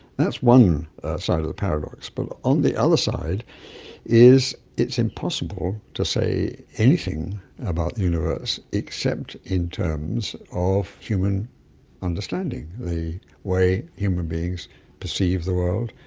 that's one side of the paradox. but on the other side is it's impossible to say anything about the universe except in terms of human understanding, the way human beings perceive the world,